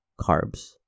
carbs